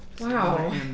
Wow